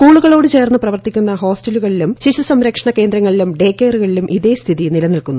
സ്കൂളുകളോട് ചേർന്ന് പ്രവർത്തിക്കുന്ന ഹോസ്റ്റലുകളിലും ശിശുസംരക്ഷണ കേന്ദ്രങ്ങളിലും ഇതേ സ്ഥിതി നിലനിൽക്കുന്നു